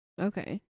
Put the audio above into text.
Okay